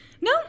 No